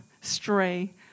stray